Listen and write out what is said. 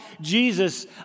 Jesus